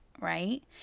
Right